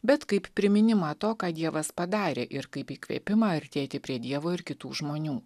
bet kaip priminimą to ką dievas padarė ir kaip įkvėpimą artėti prie dievo ir kitų žmonių